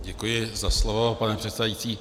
Děkuji za slovo, pane předsedající.